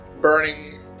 Burning